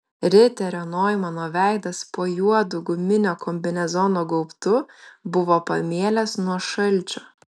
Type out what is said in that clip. riterio noimano veidas po juodu guminio kombinezono gaubtu buvo pamėlęs nuo šalčio